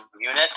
unit